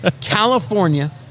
California